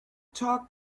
talk